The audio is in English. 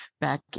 back